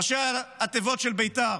ראשי התיבות של בית"ר,